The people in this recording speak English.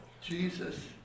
Jesus